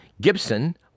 Gibson